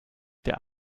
der